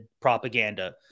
propaganda